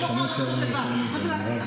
את לא יכולה לחשוב לבד.